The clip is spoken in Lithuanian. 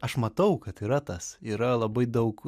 aš matau kad yra tas yra labai daug